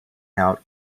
out